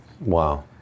Wow